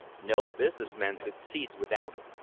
no business man succeeds without it.